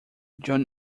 john